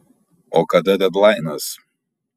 o kada dedlainas